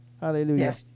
Hallelujah